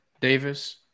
Davis